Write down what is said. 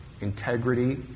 integrity